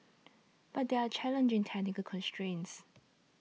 but there are challenging technical constrains